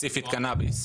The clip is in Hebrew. ספציפית קנביס.